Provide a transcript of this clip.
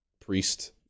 priest